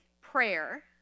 prayer